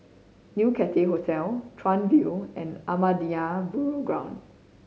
New Cathay Hotel Chuan View and Ahmadiyya Burial Ground